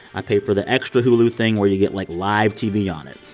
i pay for the extra hulu thing where you get, like, live tv on it.